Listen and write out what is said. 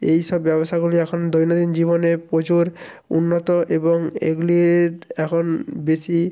এই সব ব্যবসাগুলি এখন দৈনন্দিন জীবনে প্রচুর উন্নত এবং এইগুলির এখন বেশি